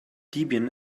debian